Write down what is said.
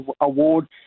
award